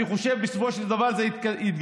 אני חושב שבסופו של דבר זה התגלגל